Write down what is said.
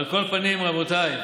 על כל פנים, רבותיי,